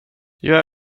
jag